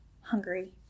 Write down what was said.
hungry